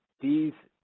these